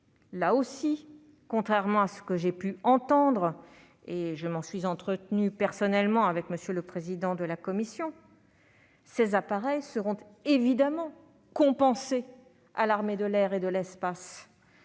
Là encore, contrairement à ce que j'ai pu entendre, et je m'en suis personnellement entretenue avec M. le président de la commission, ces appareils seront évidemment compensés à l'armée de l'air et de l'espace.